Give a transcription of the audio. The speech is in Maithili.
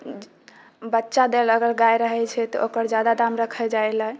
बच्चा देल अगर गाय रहै छै तऽ ओकर आदमीके खाना बनाबै खातिर ओकर जादा दाम रखै जाइ लए